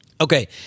Okay